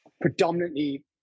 predominantly